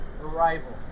arrival